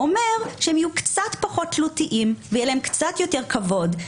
אומר שהם יהיו קצת פחות תלותיים ויהיה להם קצת יותר כבוד,